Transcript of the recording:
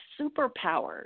superpowers